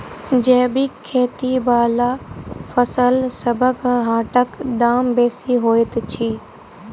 जैबिक खेती बला फसलसबक हाटक दाम बेसी होइत छी